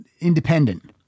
independent